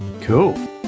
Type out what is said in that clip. Cool